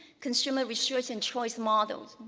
consumer research and choice models.